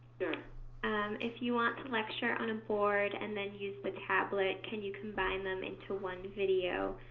and if you want to lecture on a board, and then use the tablet, can you combine them into one video,